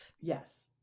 Yes